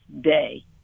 day